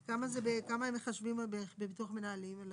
כמה זה, כמה מחשבים בערך בביטוח מנהלים?